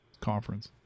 conference